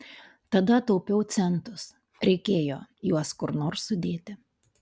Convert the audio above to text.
tada taupiau centus reikėjo juos kur nors sudėti